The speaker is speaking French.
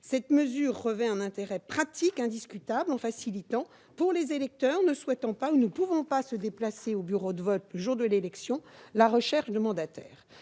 Cette mesure revêt un intérêt pratique indiscutable en facilitant, pour les électeurs ne souhaitant ou ne pouvant pas se déplacer au bureau de vote le jour de l'élection, la recherche de mandataires.